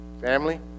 family